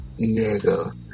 Nigga